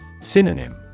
Synonym